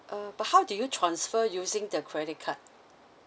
uh but how do you transfer using the credit card